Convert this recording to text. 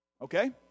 Okay